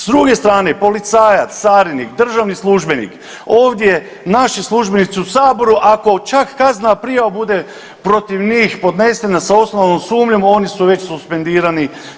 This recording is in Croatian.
S druge strane, policajac, carinik, državni službenik, ovdje naši službenici u Saboru, ako čak kaznena prijava bude protiv njih podnesena sa osnovanom sumnjom, oni su već suspendirani.